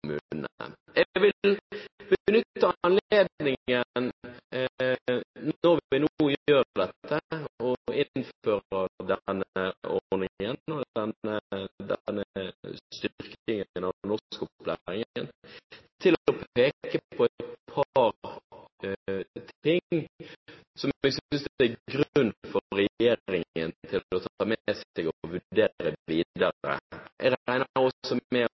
Jeg vil benytte anledningen, når vi nå innfører denne ordningen og denne styrkingen av norskopplæringen, til å peke på et par ting som jeg synes det er grunn for regjeringen til å ta med seg og vurdere videre. Det har vært mye snakk om Drammen her i dag. Nå er det sånn at den nye rådmannen i Drammen også